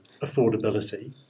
affordability